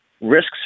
risks